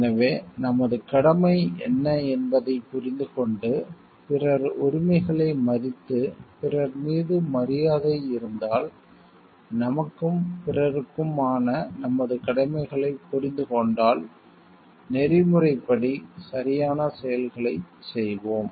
எனவே நமது கடமை என்ன என்பதைப் புரிந்துகொண்டு பிறர் உரிமைகளை மதித்து பிறர் மீது மரியாதை இருந்தால் நமக்கும் பிறருக்கும் ஆன நமது கடமைகளைப் புரிந்து கொண்டால் நெறிமுறைப்படி சரியான செயல்களைச் செய்வோம்